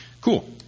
Cool